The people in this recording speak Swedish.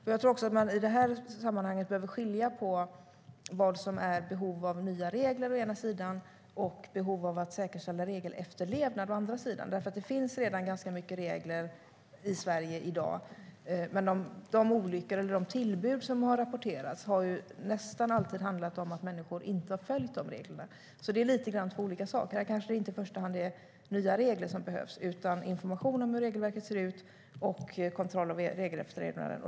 I det här sammanhanget tror jag att man behöver skilja på vad som är å ena sidan behov nya regler och å andra sidan behov av att säkerställa regelefterlevnad. Det finns nämligen redan ganska mycket regler i Sverige i dag, och de olyckor och tillbud som har rapporterats har nästan alltid handlat om att människor inte har följt de reglerna. Det är alltså lite grann två olika saker, så det kanske inte är i första hand nya regler som behövs utan i stället information om hur regelverket ser ut samt kontroll av regelefterlevnaden.